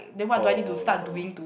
oh oh